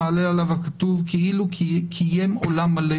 מעלה עליו הכתוב כאילו קיים עולם מלא.